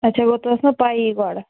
اچھا گوٚو تۄہہِ ٲس نہٕ پَیی گۄڈٕ